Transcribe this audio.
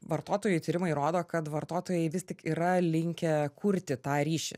vartotojų tyrimai rodo kad vartotojai vis tik yra linkę kurti tą ryšį